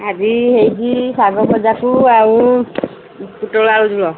ଆଜି ହୋଇଛି ଶାଗ ଭଜାକୁ ଆଉ ପୋଟଳ ଆଳୁ ଝୋଳ